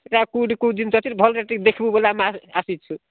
ସେଇଟା କେଉଁଠି କେଉଁ ଜିନିଷ ଅଛି ଭଲରେ ଟିକେ ଦେଖିବୁ ବୋଲି ଆମେ ଆସିଛୁ